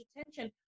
attention